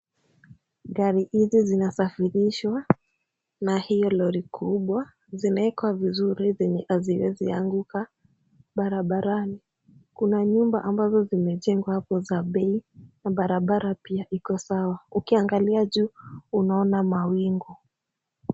Gari hizi zinasafirishwa na hii lori kubwa. Zimewekwa vizuri venye haziwezi anguka barabarani. Kuna nyumba ambazo zimejengwa hapo za bei na barabara pia iko sawa. Ukiangalia juu unaona mawingu.